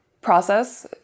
process